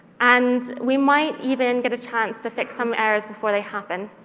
and we might even get a chance to fix some errors before they happen.